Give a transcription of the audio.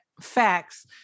facts